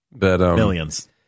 Millions